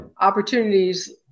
opportunities